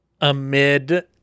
amid